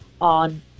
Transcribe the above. on